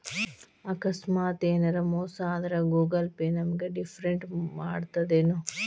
ಆಕಸ್ಮಾತ ಯೆನರ ಮೋಸ ಆದ್ರ ಗೂಗಲ ಪೇ ನಮಗ ರಿಫಂಡ್ ಮಾಡ್ತದೇನು?